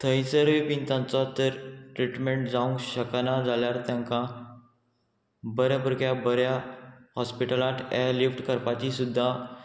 थंयसरूय बीन तांचो तर ट्रिटमेंट जावंक शकना जाल्यार तेंकां बऱ्या पुरक्या बऱ्या हॉस्पिटलांत एअरलिफ्ट करपाची सुद्दां